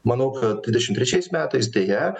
manau kad dvidešimt trečiais metais deja